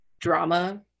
drama